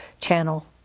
channel